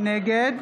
נגד